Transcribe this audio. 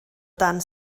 dan